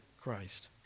Christ